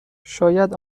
شاید